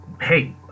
hey